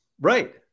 Right